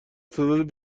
تعداد